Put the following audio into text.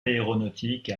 aéronautique